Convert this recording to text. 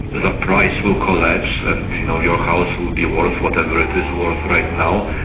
the price will collapse and you know your house will be worth whatever it is worth right now,